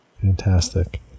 fantastic